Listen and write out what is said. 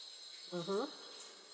mmhmm